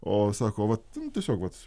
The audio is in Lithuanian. o sako vat jums tiesiog vats